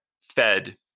fed